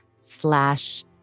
slash